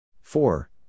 Four